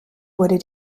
wurde